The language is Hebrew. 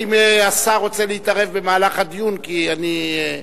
האם השר רוצה להתערב במהלך הדיון, כי אני,